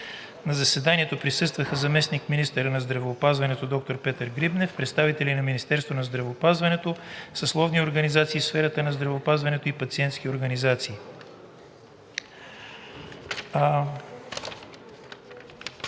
На заседанието присъстваха заместник-министърът на здравеопазването, доктор Петър Грибнев, представители на Министерството на здравеопазването, съсловните организации в сферата на здравеопазването и на пациентските организации.“